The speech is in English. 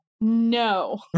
No